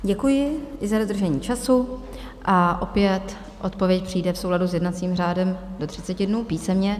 Děkuji i za dodržení času a opět, odpověď přijde v souladu s jednacím řádem do 30 dnů písemně.